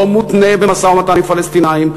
לא מותנה במשא-ומתן עם הפלסטינים,